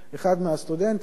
ואחד מהסטודנטים,